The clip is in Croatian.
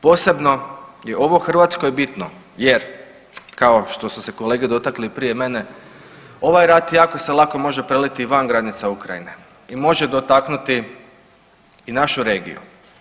Posebno je ovo Hrvatskoj bitno jer kao što su se kolege dotakli i prije mene ovaj rat jako se lako može preliti i van granica Ukrajine i može dotaknuti i našu regiju.